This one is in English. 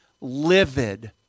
livid